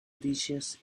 dishes